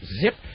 Zip